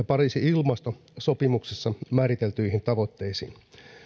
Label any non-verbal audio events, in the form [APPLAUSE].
[UNINTELLIGIBLE] pariisin ilmastosopimuksessa määriteltyihin tavoitteisiin